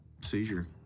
seizure